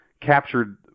captured